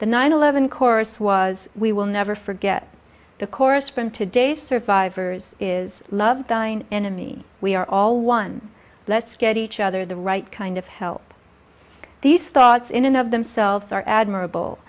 the nine eleven course was we will never forget the chorus from today survivors is love dying in me we are all one let's get each other the right kind of help these thoughts in and of themselves are admirable